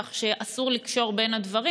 כך שאסור לקשור בין הדברים.